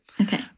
Okay